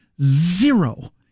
Zero